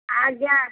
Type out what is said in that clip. ଆଜ୍ଞା